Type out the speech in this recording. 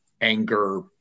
anger